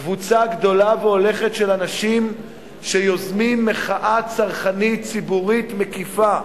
קבוצה גדולה והולכת של אנשים שיוזמים מחאה צרכנית ציבורית מקיפה,